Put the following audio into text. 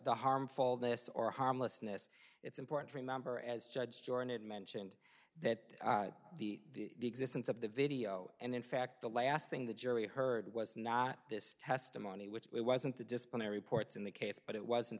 the harmful this or harmlessness it's important to remember as judge jordan it mentioned that the distance of the video and in fact the last thing the jury heard was not this testimony which it wasn't the disciplinary reports in the case but it was in